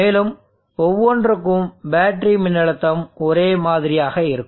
மேலும் ஒவ்வொன்றுக்கும் பேட்டரி மின்னழுத்தம் ஒரே மாதிரியாக இருக்கும்